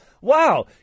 Wow